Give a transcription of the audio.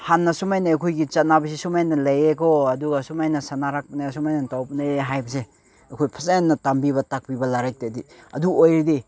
ꯍꯥꯟꯅ ꯁꯨꯃꯥꯏꯅ ꯑꯩꯈꯣꯏꯒꯤ ꯆꯠꯅꯕꯤꯁꯤ ꯁꯨꯃꯥꯏꯅ ꯂꯩꯌꯦꯀꯣ ꯑꯗꯨꯒ ꯁꯨꯃꯥꯏꯅ ꯁꯥꯟꯅꯔꯛ ꯁꯨꯃꯥꯏꯅ ꯇꯧꯕꯅꯦ ꯍꯥꯏꯕꯁꯦ ꯑꯩꯈꯣꯏ ꯐꯖꯅ ꯇꯝꯕꯤꯕ ꯇꯥꯛꯄꯤꯕ ꯂꯥꯏꯔꯤꯛꯇꯗꯤ ꯑꯗꯨ ꯑꯣꯏꯔꯗꯤ